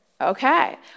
Okay